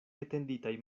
etenditaj